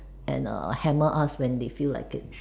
and uh hammer us when they feel like it